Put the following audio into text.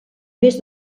més